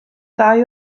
ddau